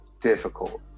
difficult